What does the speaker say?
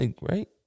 right